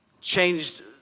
changed